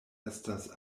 estas